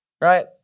Right